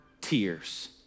tears